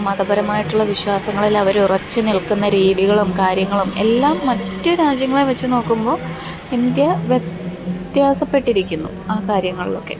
മതപരമായിട്ടുള്ള വിശ്വാസങ്ങളിൽ അവരുറച്ച് നിൽക്കുന്ന രീതികളും കാര്യങ്ങളും എല്ലാം മറ്റ് രാജ്യങ്ങളെ വെച്ച് നോക്കുമ്പോൾ ഇന്ത്യ വ്യത്യാസപ്പെട്ടിരിക്കുന്നു ആ കാര്യങ്ങളിലൊക്കെ